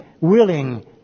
willing